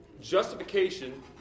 Justification